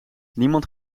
niemand